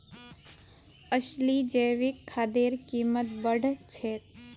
असली जैविक खादेर कीमत बढ़ छेक